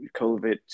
COVID